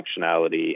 functionality